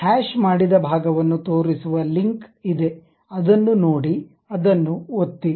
hash ಮಾಡಿದ ಭಾಗವನ್ನು ತೋರಿಸುವ ಲಿಂಕ್ ಇದೆ ಅದನ್ನು ನೋಡಿ ಅದನ್ನು ಒತ್ತಿ